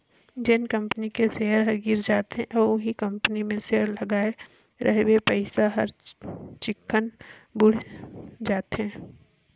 जेन कंपनी के सेयर ह गिर जाथे अउ उहीं कंपनी मे सेयर लगाय रहिबे पइसा हर चिक्कन बुइड़ जाथे